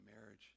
marriage